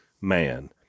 man